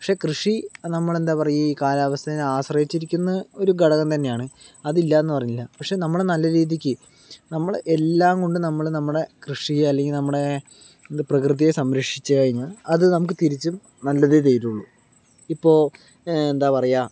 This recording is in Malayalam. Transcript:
പക്ഷെ കൃഷി നമ്മളെന്താണ് പറയുക ഈ കാലാവസ്ഥേനെ ആശ്രയിച്ചിരിക്കുന്ന ഒരു ഘടകം തന്നെയാണ് അതില്ലാന്ന് പറഞ്ഞില്ല പക്ഷെ നമ്മള് നല്ല രീതിക്ക് നമ്മള് എല്ലാം കൊണ്ടും നമ്മള് നമ്മുടെ കൃഷിയെ അല്ലെങ്കിൽ നമ്മുടെ പ്രകൃതിയെ സംരക്ഷിച്ച് കഴിഞ്ഞാൽ അത് നമുക്ക് തിരിച്ചും നല്ലതേ തരുവൊള്ളൂ ഇപ്പോൾ എന്താ പറയുക